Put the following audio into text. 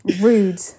Rude